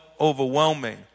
overwhelming